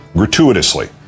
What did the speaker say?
gratuitously